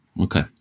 Okay